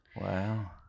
Wow